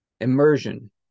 Immersion